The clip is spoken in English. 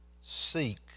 seek